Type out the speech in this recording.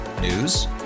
News